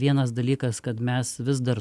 vienas dalykas kad mes vis dar